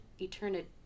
eternity